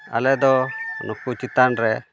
ᱟᱞᱮ ᱫᱚ ᱱᱩᱠᱩ ᱪᱮᱛᱟᱱ ᱨᱮ